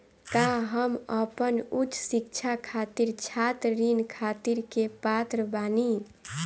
का हम अपन उच्च शिक्षा खातिर छात्र ऋण खातिर के पात्र बानी?